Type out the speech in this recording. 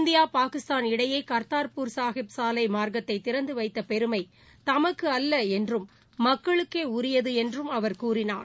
India Pakistan இடையே கர்த்தார்பூர் சாஹிப் சாலை மார்க்கத்தை திறந்து வைத்த பெருமை தமக்கல்ல என்றும் மக்களுக்கே உரியது என்றும் அவர் கூறினார்